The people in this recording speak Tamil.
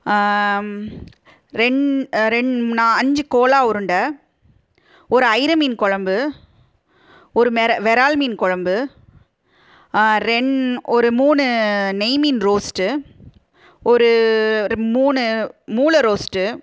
ரெண்டு ரெண்டு நான் அஞ்சு கோலா உருண்டை ஒரு அயிர மீன் குலம்பு ஒரு மெற விறால் மீன் குழம்பு ரெண்டு ஒரு மூணு நெய் மீன் ரோஸ்ட்டு ஒரு மூணு மூளை ரோஸ்ட்டு